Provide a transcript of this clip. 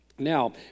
Now